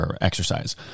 exercise